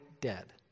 dead